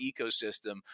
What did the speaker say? ecosystem